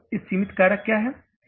अब यहाँ सीमित कारक क्या है